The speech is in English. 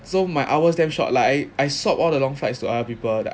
so my hours damn short like I swap all the long flights to other people